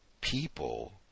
people